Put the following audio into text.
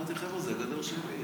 אמרתי: חבר'ה, זו הגדר שלי.